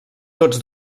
tots